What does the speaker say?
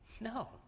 No